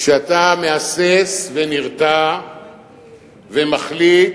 וכשאתה מהסס ונרתע ומחליט